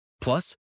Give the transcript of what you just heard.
Plus